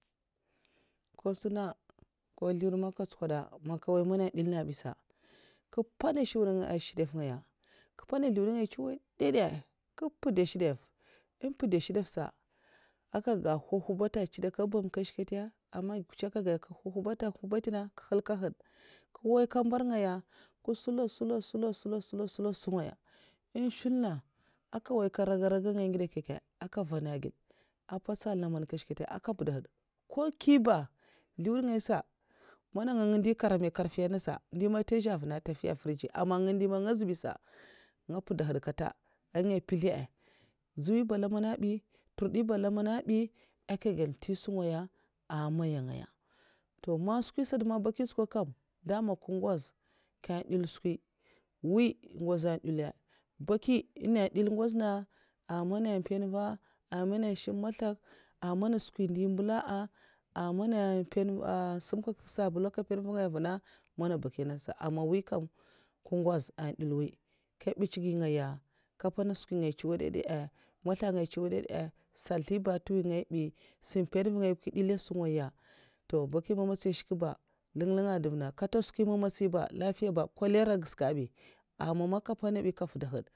Nko sunna ko zlewda man nka nchokwoda. man nka nwoy mana ehn ndelna bi sa, nka mpwona shmm shedaf' ngaya nka mpwona zlewd ngaya ntsuwadada'a nka mpwuda nshedaf n mpwuda nshedafsa, aka nhwu'nwhubata ntsidaka bam nkashkata maggi nkutcha aka ga nhwu'nhwubata, nhwubatna nka nhalkad'had' nka nwoy ka mbar'ngaya nka nshula' nsula' nsula' nsula' nsula; sungaya en nshulna aka nwoy ka raga raga ngay ngide nkye'nkye aka nfana ged;'a patsa laman nkashkata aka mpwuda had nko nkyi ba zlewda ngay sa mana ngang ngo ndi karamin karfi nasa, ndyi man nte zey vunna nta nfiya frija ama man nga ndui man nga za bay sa, nga mpwuda had kata an nga mpwutha a' ndzwi'ba lamana bi nturbi ba lamana bi aka gyel ntyi sungaya amaya ngaya, to man skwi sata man bakiya'n nchkwu kam, dama nka ngwoz nka ndel skwi' mwi ngwoza ndwol'a baki nenga ndwul ngwoza nenga ah mana mpen vah, ah mana shim maslaka, ah mana skwi ndyi mbela'a, ah mana mpawn sum kye kak sabulun' aka mpwan nvu ngaya avuna, mana bakiya nasa; ama mwi kam nka ngwaz an ndel mwi nka mbutch giu ngaya, nka mpana skwi ngaya ntsuwadada'a maslakngaya ntsuwadada'a, sathi ba ntwi ngay bi sam mpan nvu ngaya ba nka ndela sungaya to baki magatsiya; nshk ba ling linga nduvna nka nta skwi mamatsui ba lafiya ba cholara ges'ka bi ama nka mpwona bi aka nfwuda had